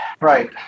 right